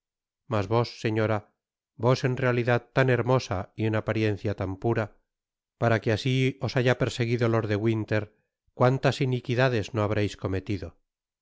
mas vos señora vos en realidad tan hermosa y en apariencia tan pura para que asi os haya perseguido lord de winter cuántas iniquidades no habreis cometido